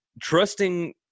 trusting